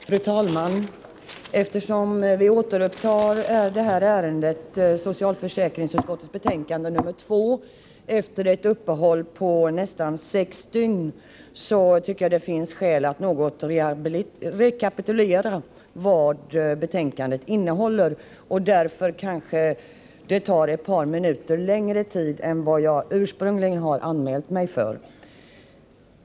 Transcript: Fru talman! Eftersom vi återupptar behandlingen av socialförsäkringsutskottets betänkande nr 2 efter ett uppehåll på nästan sex dygn, tycker jag att det finns skäl att något rekapitulera vad betänkandet innehåller. Därför kanske jag måste tala ett par minuter längre än jag ursprungligen anmält mig för.